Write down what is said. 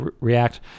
react